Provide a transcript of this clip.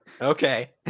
Okay